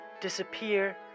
Disappear